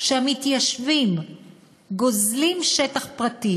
שהמתיישבים גוזלים שטח פרטי,